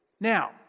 Now